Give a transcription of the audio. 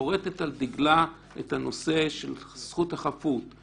שחורתת על דגלה את נושא זכות החפות אנחנו